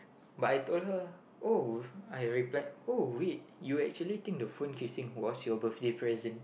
but I told her oh I replied oh wait you actually think the phone casing was your birthday present